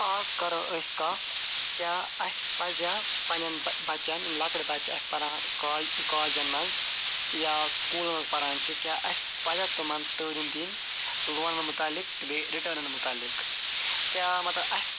آز کَرو أسۍ کتھ کیاہ اَسہِ پَزیٛا پنٛنٮ۪ن بَچَن یِم لۄکٕٹۍ بَچہِ اَسہِ پَران کال کالجَن مَنٛز یا سُکولَن مَنٛز پَران چھِ کیاہ اَسہِ پَزیٛا تِمن تٲلیٖم دِنۍ لونہٕ مُتعلِق تہٕ بیٚیہِ رِٹرن ط مُتعلِق کیاہ مَطلَب اَسہِ